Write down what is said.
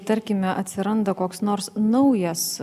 tarkime atsiranda koks nors naujas